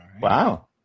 Wow